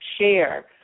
share